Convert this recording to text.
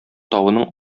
тавының